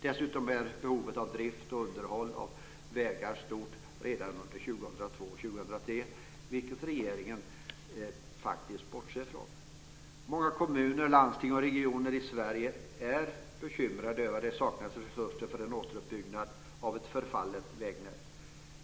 Dessutom är behovet av drift och underhåll av vägar stort redan under 2002 och 2003, vilket regeringen faktiskt bortser från. Många kommuner, landsting och regioner i Sverige är bekymrade över att det saknas resurser för återuppbyggnad av ett förfallet vägnät.